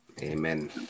Amen